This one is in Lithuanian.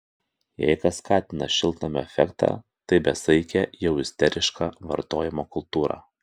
jei kas skatina šiltnamio efektą tai besaikė jau isteriška vartojimo kultūra